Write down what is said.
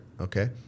okay